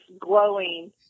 glowing